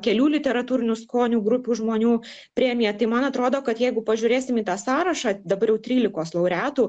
kelių literatūrinių skonių grupių žmonių premija tai man atrodo kad jeigu pažiūrėsim į tą sąrašą dabar jau trylikos laureatų